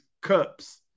cups